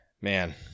man